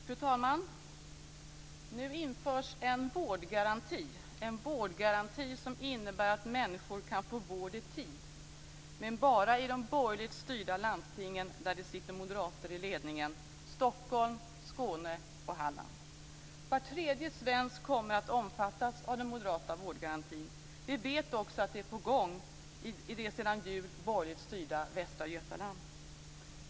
Fru talman! Nu införs en vårdgaranti, en vårdgaranti som innebär att människor kan få vård i tid. Men det sker bara i de borgerligt styrda landstingen, där det sitter moderater i ledningen, i Stockholm, Skåne och Halland. Var tredje svensk kommer att omfattas av den moderata vårdgarantin. Vi vet också att det är på gång i det sedan jul borgerligt styrda Västra Götaland.